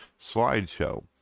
slideshow